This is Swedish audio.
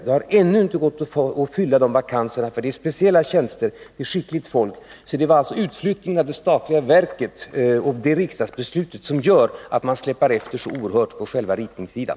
Det har ännu inte gått att fylla de vakanserna. Det är speciella tjänster som kräver skickligt folk. Det är alltså riksdagsbeslutet om utflyttning av det statliga verket som gör att man släpar efter så oerhört på själva ritningssidan.